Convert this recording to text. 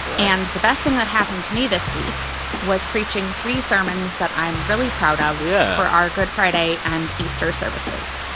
and the best thing that happened to me this week was preaching three sermons that i'm really proud of yeah for our good friday and easter services,